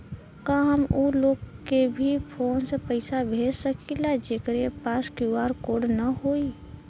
का हम ऊ लोग के भी फोन से पैसा भेज सकीला जेकरे पास क्यू.आर कोड न होई?